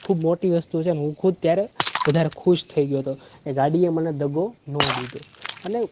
ખૂબ મોટી વસ્તુ છે ને હું ખુદ ત્યારે વધારે ખુશ થઈ ગયો હતો એ ગાડીએ મને દગો ન દીધો અને